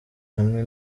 hamwe